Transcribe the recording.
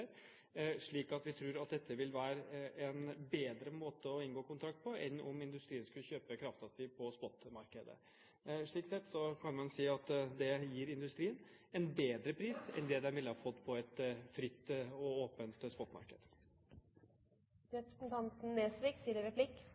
slik at vi tror at dette vil være en bedre måte å inngå kontrakt på enn om industrien skulle kjøpe kraften sin på spotmarkedet. Slik sett kan en si at det gir industrien en bedre pris enn det den ville ha fått på et fritt og åpent